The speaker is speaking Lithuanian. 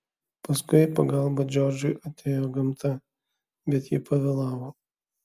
paskui į pagalbą džordžui atėjo gamta bet ji pavėlavo